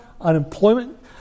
unemployment